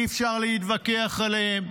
אי-אפשר להתווכח עליהן.